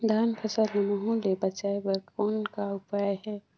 धान फसल ल महू ले बचाय बर कौन का उपाय हे?